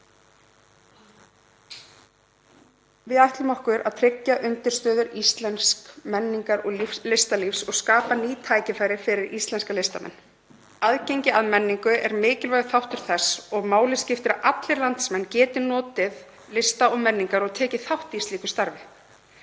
Við ætlum okkur að tryggja undirstöður íslensks menningar- og listalífs og skapa ný tækifæri fyrir íslenska listamenn. Aðgengi að menningu er mikilvægur þáttur þess og máli skiptir að allir landsmenn geti notið lista og menningar og tekið þátt í slíku starfi.